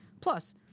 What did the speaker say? Plus